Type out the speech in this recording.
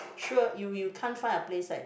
sure you you can't find a place that